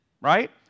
right